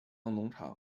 农场